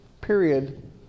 period